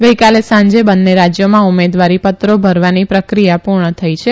ગઇકાલે સાંજે બંને રાજ્યોમાં ઉમેદવારીપત્રો ભરવાની પ્રક્રિયા પૂર્ણ થઈ છે